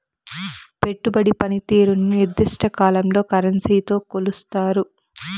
పెట్టుబడి పనితీరుని నిర్దిష్ట కాలంలో కరెన్సీతో కొలుస్తారు